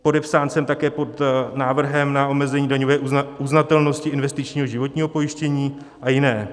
Podepsán jsem také pod návrhem na omezení daňové uznatelnosti investičního životního pojištění a jiné.